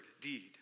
deed